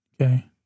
okay